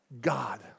God